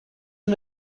این